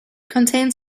contains